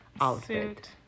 outfit